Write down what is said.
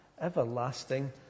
everlasting